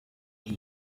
haba